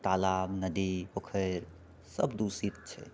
तालाब नदी पोखरिसभ दूषित छै